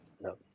No